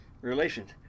relations